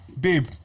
babe